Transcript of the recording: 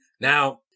Now